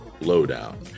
lowdown